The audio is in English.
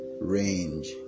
range